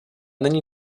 není